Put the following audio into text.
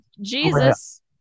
Jesus